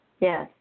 yes